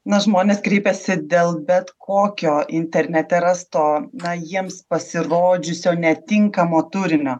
na žmonės kreipiasi dėl bet kokio internete rasto na jiems pasirodžiusio netinkamo turinio